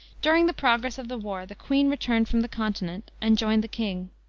during the progress of the war, the queen returned from the continent and joined the king.